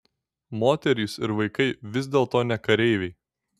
moterys ir vaikai vis dėlto ne kareiviai